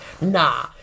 nah